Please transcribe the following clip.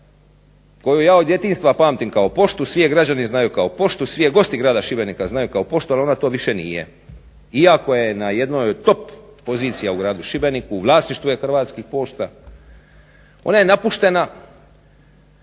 koju ja od djetinjstva pamtim kao poštu, svi je građani znaju kao poštu, svi je gosti grada Šibenika znaju kao poštu ali ona to više nije. Iako je na jednoj od top pozicija u gradu Šibeniku, u vlasništvu je Hrvatskih pošta. Ona je napuštena